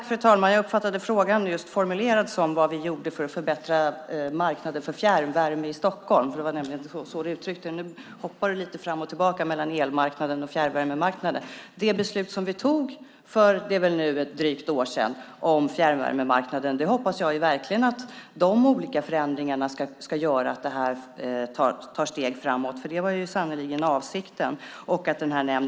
Fru talman! Jag uppfattade frågan just formulerad som vad vi gör för att förbättra marknaden för fjärrvärme i Stockholm. Det var nämligen så Thomas Eneroth uttryckte sig. Nu hoppar han lite fram och tillbaka mellan elmarknaden och fjärrvärmemarknaden. Vi fattade beslut för nu drygt ett år sedan om fjärrvärmemarknaden, och jag hoppas verkligen att de olika förändringarna ska göra att det här tar steg framåt, för det var sannerligen avsikten.